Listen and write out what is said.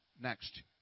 Next